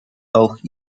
auch